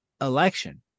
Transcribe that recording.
election